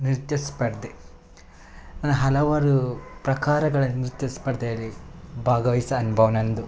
ನೃತ್ಯ ಸ್ಪರ್ಧೆ ನಾನು ಹಲವಾರು ಪ್ರಕಾರಗಳ ನೃತ್ಯ ಸ್ಪರ್ಧೆಯಲ್ಲಿ ಭಾಗವಯ್ಸೋ ಅನುಭವ ನನ್ನದು